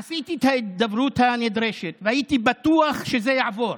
עשיתי את ההידברות הנדרשת, והייתי בטוח שזה יעבור,